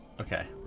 Okay